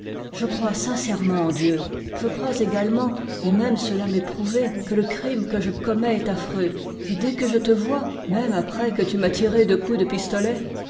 je crois sincèrement en dieu je crois également et même cela m'est prouvé que le crime que je commets est affreux et dès que je te vois même après que tu m'as tiré deux coups de pistolet